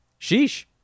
Sheesh